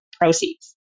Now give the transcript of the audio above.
proceeds